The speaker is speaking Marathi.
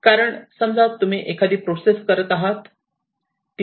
कारण समजा तुम्ही एखादी प्रोसेस करत आहात